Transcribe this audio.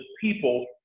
people